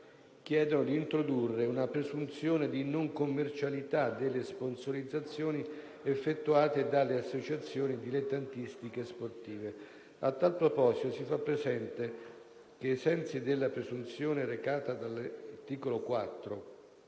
chiedono di introdurre una presunzione di non commercialità delle sponsorizzazioni effettuate dalle associazioni dilettantistiche sportive. A tal proposito si fa presente che, ai sensi della presunzione recata dall'articolo 4,